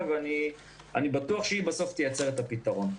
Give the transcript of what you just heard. ואני בטוח שהיא בסוף תייצר את הפתרון.